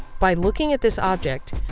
by looking at this object,